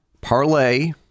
parlay